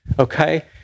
okay